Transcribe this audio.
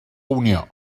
unió